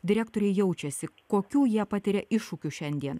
direktoriai jaučiasi kokių jie patiria iššūkių šiandien